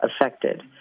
affected